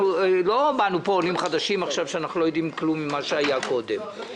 לא באנו לפה כעולים חדשים שלא יודעים כלום על מה שהיה קודם.